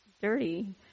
dirty